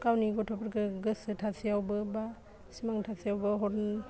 गावनि गथ'फोरखो गोसो थासेयावबो बा सिमां थासेयावबो हरनो